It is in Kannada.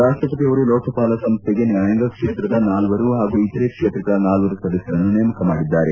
ರಾಪ್ಸಪತಿ ಅವರು ಲೋಕಪಾಲ ಸಂಸ್ಥೆಗೆ ನ್ಯಾಯಾಂಗ ಕ್ಷೇತ್ರದ ನಾಲ್ವರು ಪಾಗೂ ಇತರೆ ಕ್ಷೇತ್ರಗಳ ನಾಲ್ವರು ಸದಸ್ಥರನ್ನು ನೇಮಕ ಮಾಡಿದ್ದಾರೆ